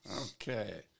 Okay